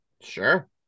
Sure